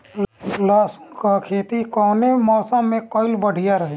लहसुन क खेती कवने मौसम में कइल बढ़िया रही?